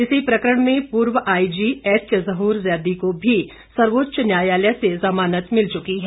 इसी प्रकरण में पूर्व आईजी एच जह्र जैदी को भी सर्वोच्च न्यायालय से जमानत मिल चुकी है